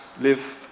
live